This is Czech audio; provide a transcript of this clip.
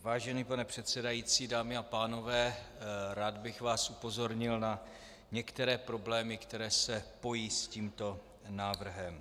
Vážený pane předsedající, dámy a pánové, rád bych vás upozornil na některé problémy, které se pojí s tímto návrhem.